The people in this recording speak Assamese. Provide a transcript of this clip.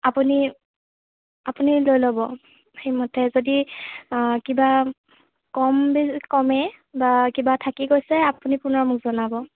আপুনি আপুনি লৈ ল'ব সেইমতে যদি কিবা কম কমে বা কিবা থাকি গৈছে আপুনি পুনৰ মোক জনাব